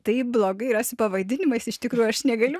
taip blogai yra su pavadinimais iš tikrųjų aš negaliu